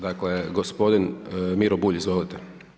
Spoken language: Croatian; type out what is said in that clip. Dakle gospodin Miro Bulj, izvolite.